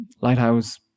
Lighthouse